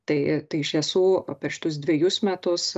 tai tai iš tiesų per šitus dvejus metus